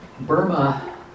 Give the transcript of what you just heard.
Burma